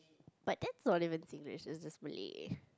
but then that's not even Singlish is just Malay